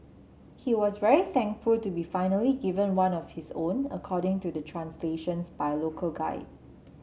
he was very thankful to be finally given one of his own according to the translations by local guide